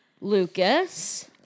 Lucas